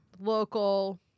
Local